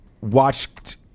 watched